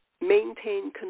maintain